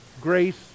grace